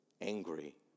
angry